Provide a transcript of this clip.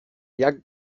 jak